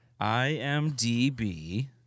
IMDB